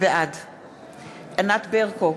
בעד ענת ברקו,